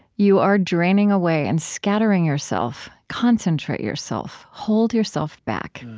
you are draining away and scattering yourself. concentrate yourself. hold yourself back.